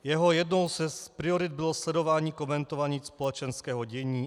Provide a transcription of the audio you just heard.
Jeho jednou z priorit bylo sledování, komentování společenského dění atd.